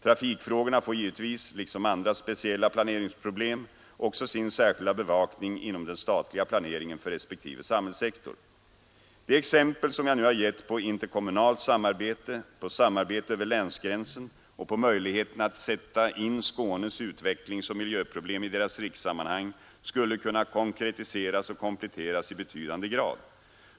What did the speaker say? Trafikfrågorna får givetvis — liksom andra speciella planeringsproblem — också sin särskilda bevakning inom den statliga planeringen för respektive samhällssektor. De exempel som jag nu har gett på interkommunalt samarbete, på samarbete över länsgränsen och på möjligheterna att sätta in Skånes utvecklingsoch miljöproblem i deras rikssammanhang skulle kunna konkretiseras och kompletteras i betydande grad.